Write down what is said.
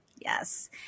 Yes